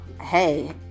Hey